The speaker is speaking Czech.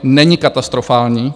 Není katastrofální.